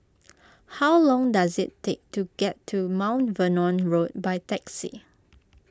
how long does it take to get to Mount Vernon Road by taxi